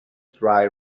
dry